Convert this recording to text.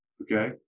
Okay